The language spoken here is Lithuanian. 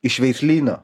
iš veislyno